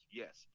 yes